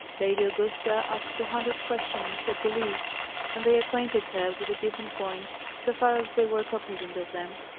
lady augusta asked a hundred questions, at the least and they acquainted her with the different points, so far as they were cognizant of them.